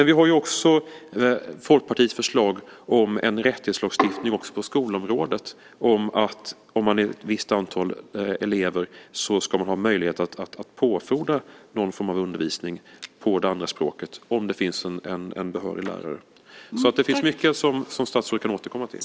Vi har också Folkpartiets förslag om en rättighetslagstiftning också på skolområdet som handlar om att om man är ett visst antal elever så ska man ha möjlighet att fordra någon form av undervisning på det andra språket om det finns en behörig lärare. Det finns alltså mycket som statsrådet kan återkomma till.